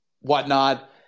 whatnot